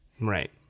Right